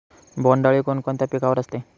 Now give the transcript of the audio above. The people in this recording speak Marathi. बोंडअळी कोणकोणत्या पिकावर असते?